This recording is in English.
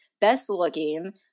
best-looking